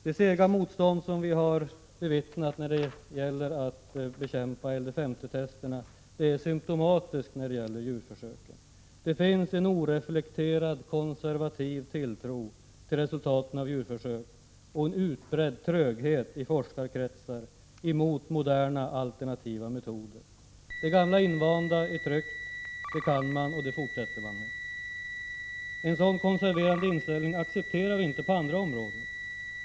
Det sega motstånd som vi bevittnat när det gäller att bekämpa LDS50-testerna är symtomatiskt när det gäller djurförsöken. Det finns en oreflekterad, konservativ tilltro till resultaten av djurförsök och en utbredd tröghet i forskarkretsar mot moderna alternativa metoder. Det gamla invanda är tryggt, det kan man och det fortsätter man med. En sådan konserverande inställning accepterar vi inte på andra områden.